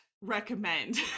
recommend